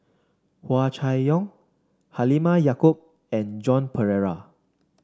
Hua Chai Yong Halimah Yacob and Joan Pereira